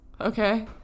Okay